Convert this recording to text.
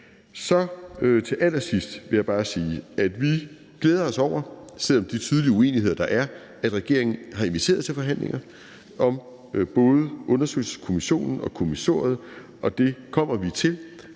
Til allersidst vil jeg bare sige, at vi glæder os over, at regeringen, på trods af de tydelige uenigheder, der er, har inviteret til forhandlinger om både undersøgelseskommissionen og kommissoriet. Dem vil vi komme til,